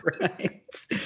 Right